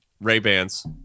Ray-Bans